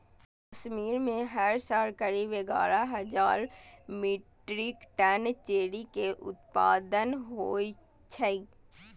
कश्मीर मे हर साल करीब एगारह हजार मीट्रिक टन चेरी के उत्पादन होइ छै